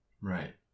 right